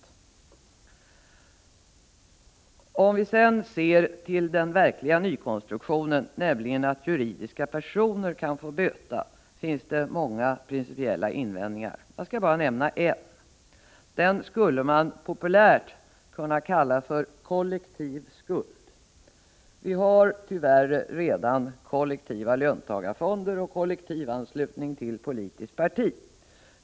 I fråga om den verkliga nykonstruktionen, nämligen att juridiska personer kan få böta, finns det många principiella invändningar att göra. Jag skall nämna två. Den första gäller det som man populärt skulle kunna kalla för kollektiv skuld. Vi har tyvärr redan kollektiva löntagarfonder och kollektivanslutning till politiskt parti.